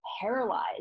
paralyzed